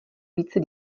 více